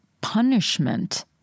punishment